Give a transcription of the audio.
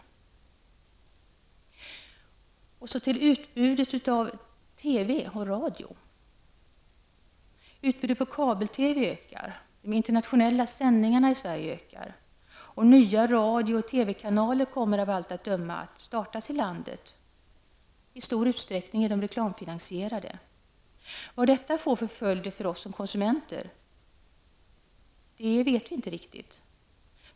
Jag vill säga något om utbudet i TV och radio. Utbudet i kabel-TV ökar, och de internationella sändningarna i Sverige ökar. Nya radio och TV kanaler kommer av allt att döma att startas i landet, och i stor utsträckning är de reklamfinansierade. Vad detta får för följder för oss som konsumenter vet vi inte riktigt.